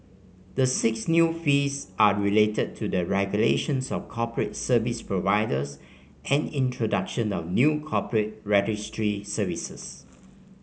the six new fees are related to the regulations of corporate service providers and introduction of new corporate registry services